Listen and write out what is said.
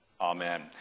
amen